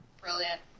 Brilliant